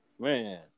Man